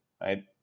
right